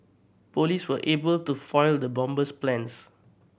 police were able to foil the bomber's plans